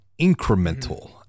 incremental